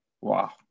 Wow